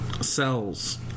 cells